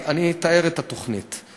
אני אתאר את התוכנית.